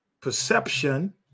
perception